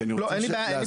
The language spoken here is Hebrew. כי אני רוצה להספיק.